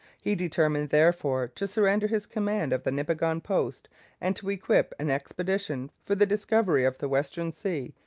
he determined, therefore, to surrender his command of the nipigon post and to equip an expedition for the discovery of the western sea,